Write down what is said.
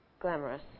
glamorous